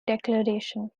declaration